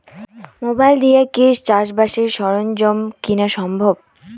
Mobile দিয়া কি চাষবাসের সরঞ্জাম কিনা সম্ভব?